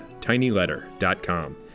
tinyletter.com